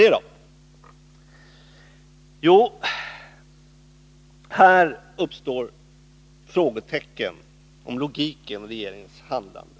Frågetecken uppstår när det gäller logiken i regeringens handlande.